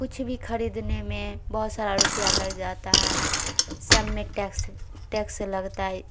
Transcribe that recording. کچھ بھی خریدنے میں بہت سارا روپیہ لگ جاتا ہے سب میں ٹیکس ٹیکس لگتا ہے